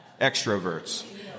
Extroverts